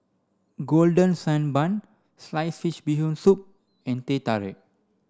golden sand bun sliced fish bee hoon soup and Teh Tarik